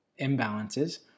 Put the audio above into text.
imbalances